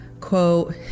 Quote